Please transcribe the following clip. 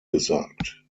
gesagt